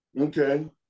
Okay